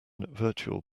virtual